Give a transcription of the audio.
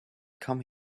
come